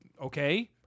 okay